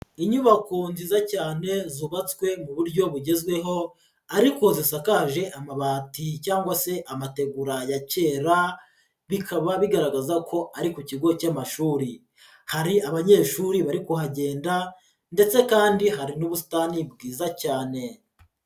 Inyubako nziza cyane zubatswe mu buryo bugezweho ariko zisakaje amabati cyangwa se amategura ya kera, bikaba bigaragaza ko ari ku kigo cy'amashuri. Hari abanyeshuri bari kuhagenda ndetse kandi hari n'ubusitani bwiza cyane.